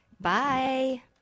Bye